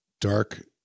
dark